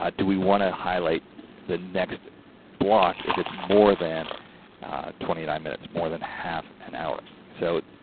but do we want to highlight the next block if it's more than twenty nine minutes more than half an hour? so,